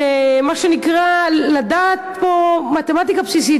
לדעת פה מתמטיקה בסיסית,